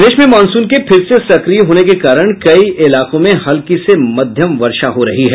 प्रदेश में मॉनसून के फिर से सक्रिय होने के कारण कई इलाकों में हल्की से मध्यम वर्षा हो रही है